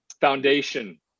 foundation